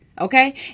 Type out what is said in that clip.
okay